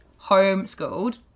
homeschooled